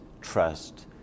trust